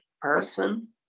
person